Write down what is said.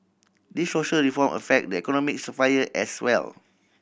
these social reform affect the economic sphere as well